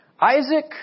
Isaac